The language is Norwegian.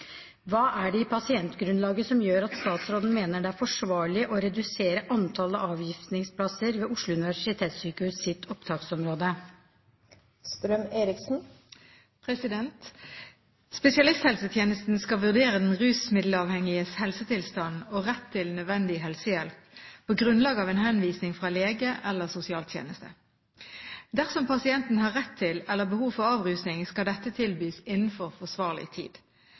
Hva er det i pasientgrunnlaget som gjør at statsråden mener det er forsvarlig å redusere antallet avgiftningsplasser ved Oslo universitetssykehus' opptaksområde?» Spesialisthelsetjenesten skal vurdere den rusmiddelavhengiges helsetilstand og rett til nødvendig helsehjelp på grunnlag av en henvisning fra lege eller sosialtjeneste. Dersom pasienten har rett til eller behov for avrusning, skal dette tilbys innenfor forsvarlig tid.